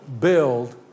build